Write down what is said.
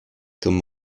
comme